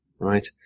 Right